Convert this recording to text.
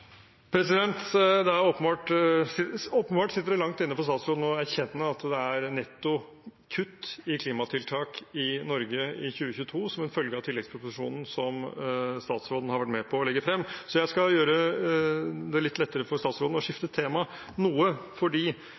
sitter åpenbart langt inne for statsråden å erkjenne at det er netto kutt i klimatiltak i Norge i 2022, som en følge av tilleggsproposisjonen som statsråden har vært med på å legge frem. Så jeg skal gjøre det litt lettere for statsråden og skifte temaet noe.